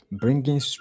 bringing